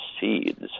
seeds